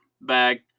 bag